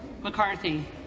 McCarthy